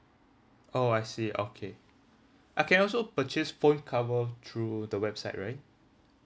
oh I see okay I can also purchase phone cover through the website right